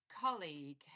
colleague